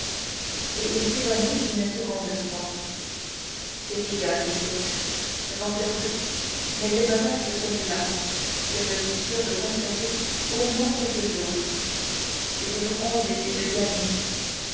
et il s'évanouit une seconde fois c'est égal dit l'hôte j'en perds deux mais il me reste celuilà que je suis sûr de conserver au moins quelques jours c'est toujours onze écus de gagnés